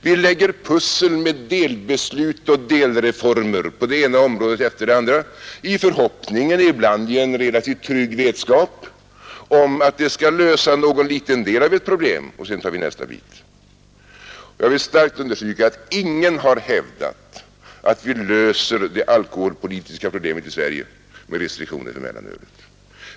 Vi lägger pussel med delbeslut och delreformer på det ena området efter det andra i förhoppningen och ibland i en relativt trygg vetskap om att det skall lösa någon liten del av ett problem, och sedan tar vi nästa bit. Jag vill starkt understryka att ingen har hävdat att vi löser det alkoholpolitiska problemet i Sverige med restriktioner på mellanölet.